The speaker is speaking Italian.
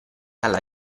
alla